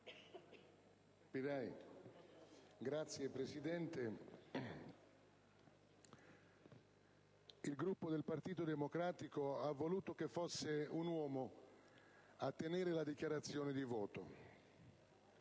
PROCACCI *(PD)*. Signor Presidente, il Gruppo del Partito Democratico ha voluto che fosse un uomo a tenere la dichiarazione di voto,